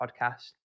podcast